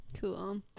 cool